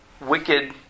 wicked